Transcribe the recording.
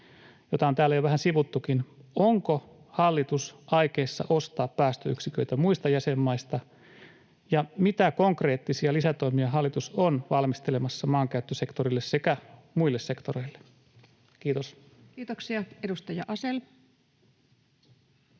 jota on täällä jo vähän sivuttukin: onko hallitus aikeissa ostaa päästöyksiköitä muista jäsenmaista, ja mitä konkreettisia lisätoimia hallitus on valmistelemassa maankäyttösektorille sekä muille sektoreille? — Kiitos. Kiitoksia. — Edustaja Asell.